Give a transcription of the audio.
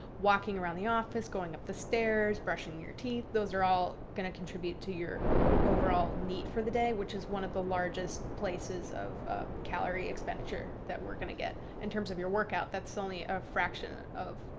walking around the office, going up the stairs, brushing your teeth. those are all going to contribute to your overall neat for the day. which is one of the largest places of a calorie expenditure that we're going to get. in terms of your workout, that's only a fraction of.